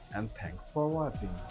and thanks for watching.